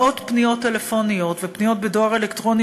מאות פניות טלפוניות ופניות בדואר אלקטרוני